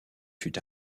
fut